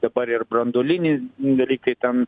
dabar ir branduolinį dalykai ten